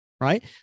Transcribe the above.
right